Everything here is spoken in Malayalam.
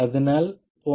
അതിനാൽ 0